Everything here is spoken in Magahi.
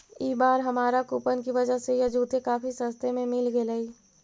ई बार हमारा कूपन की वजह से यह जूते काफी सस्ते में मिल गेलइ